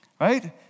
right